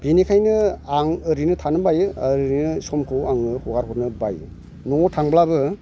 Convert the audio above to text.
बिनिखायो आं ओरैनो थानो बायो ओरैनो समखौ आङो हगारहरनो बायो न'आव थांब्लाबो